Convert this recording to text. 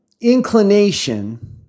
inclination